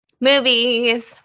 Movies